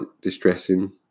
distressing